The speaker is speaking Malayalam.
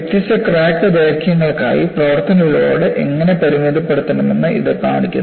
വ്യത്യസ്ത ക്രാക്ക് ദൈർഘ്യങ്ങൾക്കായി പ്രവർത്തന ലോഡ് എങ്ങനെ പരിമിതപ്പെടുത്തണമെന്ന് ഇത് കാണിക്കുന്നു